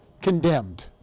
condemned